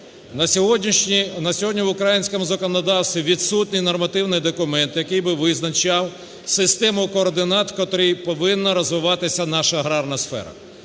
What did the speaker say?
На сьогодні в українському законодавстві відсутній нормативний документ, який би визначав систему координат, в котрій повинна розвиватися наша аграрна сфера.